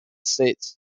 states